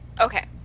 Okay